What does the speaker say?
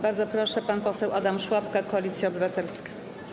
Bardzo proszę, pan poseł Adam Szłapka, Koalicja Obywatelska.